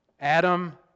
Adam